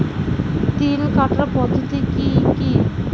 তিল কাটার পদ্ধতি কি কি?